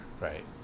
Right